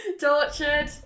Tortured